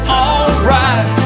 alright